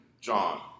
John